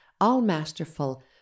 all-masterful